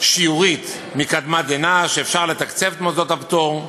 שיורית מקדמת דנא שאפשר לתקצב את מוסדות הפטור.